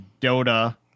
Dota